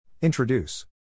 Introduce